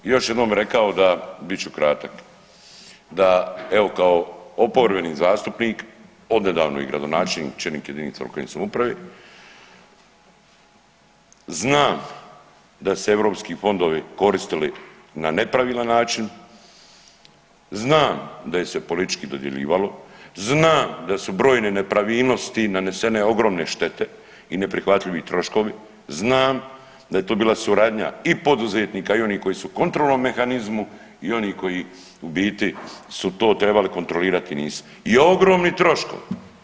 Još jednom bi rekao da, bit ću kratak, da evo kao oporbeni zastupnik, od nedavno i gradonačelnik i čelnik jedinice lokalne samouprave, znam da se europski fondovi koristili na nepravilan način, znam da ih se politički dodjeljivalo, znam da su brojne nepravilnosti nanesene ogromne štete i neprihvatljivi troškovi, znam da je to bila suradnja i poduzetnika i onih koji su u kontrolnom mehanizmu i oni koji u biti su to trebali kontrolirati i nisu i ogromni troškovi.